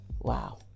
wow